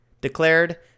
declared